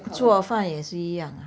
做饭也是一样 ah